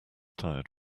tired